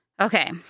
Okay